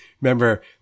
remember